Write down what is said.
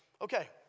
Okay